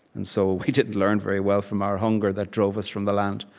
and so we didn't learn very well from our hunger that drove us from the land.